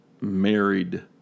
married